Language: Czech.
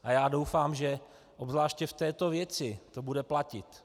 A já doufám, že obzvláště v této věci to bude platit.